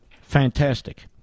Fantastic